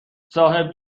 صاحب